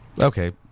Okay